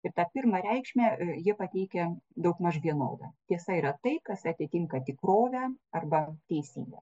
ir tą pirmą reikšmę jie pateikia daugmaž vienodą tiesa yra tai kas atitinka tikrovę arba teisybę